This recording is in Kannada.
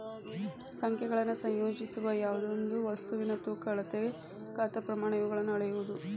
ಸಂಖ್ಯೆಗಳನ್ನು ಸಂಯೋಜಿಸುವ ಯಾವ್ದೆಯೊಂದು ವಸ್ತುವಿನ ತೂಕ ಅಳತೆ ಗಾತ್ರ ಪ್ರಮಾಣ ಇವುಗಳನ್ನು ಅಳೆಯುವುದು